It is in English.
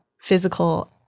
physical